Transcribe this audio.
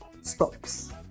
stops